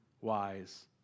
wise